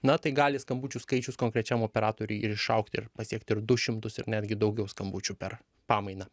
na tai gali skambučių skaičius konkrečiam operatoriui ir išaugti ir pasiekt ir du šimtus ir netgi daugiau skambučių per pamainą